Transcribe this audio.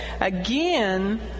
again